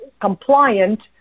compliant